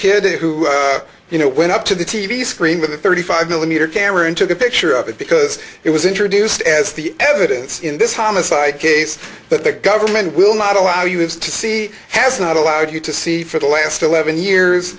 kid who you know went up to the t v screen with a thirty five millimeter camera and took a picture of it because it was introduced as the evidence in this homicide case that the government will not allow you to see has not allowed you to see for the last eleven years